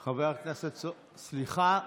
סליחה,